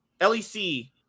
lec